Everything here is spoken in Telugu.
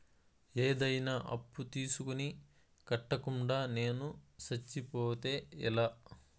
ఏదైనా అప్పు తీసుకొని కట్టకుండా నేను సచ్చిపోతే ఎలా